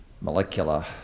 molecular